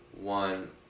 One